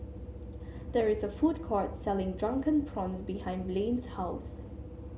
there is a food court selling Drunken Prawns behind Blane's house